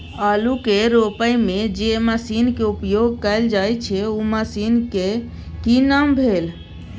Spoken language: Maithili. आलू के रोपय में जे मसीन के उपयोग कैल जाय छै उ मसीन के की नाम भेल?